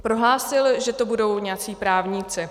Prohlásil, že to budou nějací právníci.